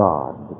God